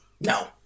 no